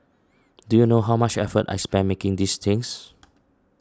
do you know how much effort I spent making these things